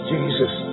Jesus